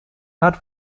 hat